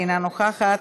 אינה נוכחת,